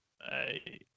Hey